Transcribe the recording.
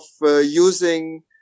using